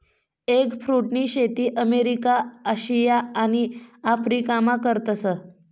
एगफ्रुटनी शेती America, Asia आणि आफरीकामा करतस